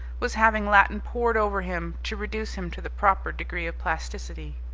was having latin poured over him to reduce him to the proper degree of plasticity.